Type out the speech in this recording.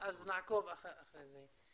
אוקיי, אז נעקוב אחרי זה.